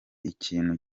ikintu